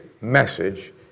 message